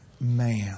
man